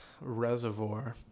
reservoir